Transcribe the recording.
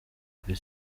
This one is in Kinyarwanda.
kuri